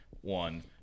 one